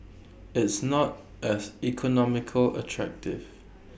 it's not as economically attractive